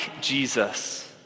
Jesus